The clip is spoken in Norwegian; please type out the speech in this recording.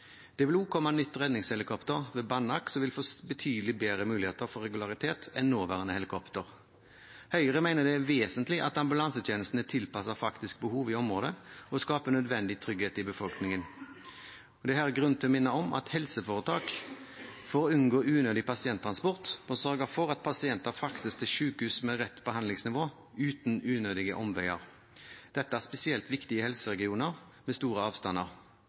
Det vil ved Banak også komme nytt redningshelikopter som vil gi betydelig bedre muligheter for regularitet enn nåværende helikopter. Høyre mener det er vesentlig at ambulansetjenesten er tilpasset faktiske behov i området og skaper nødvendig trygghet i befolkningen. Det er her grunn til å minne om at for å unngå unødig pasienttransport må helseforetak sørge for at pasienter fraktes til sykehus med rett behandlingsnivå uten unødige omveier. Dette er spesielt viktig i helseregioner med store avstander.